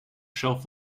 shelf